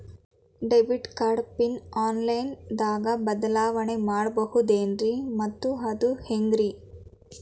Debit card PIN online ದಾಗ ಬದಲಾವಣೆ ಮಾಡಬಹುದೇನ್ರಿ ಮತ್ತು ಅದು ಹೆಂಗ್ರಿ?